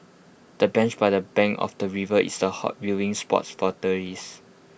the bench by the bank of the river is A hot viewing spots for tourists